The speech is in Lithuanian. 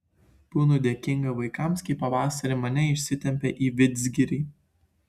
būnu dėkinga vaikams kai pavasarį mane išsitempia į vidzgirį